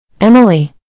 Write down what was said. Emily